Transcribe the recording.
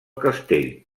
castell